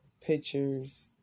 pictures